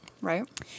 right